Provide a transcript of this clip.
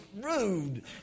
rude